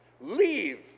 Leave